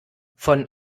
von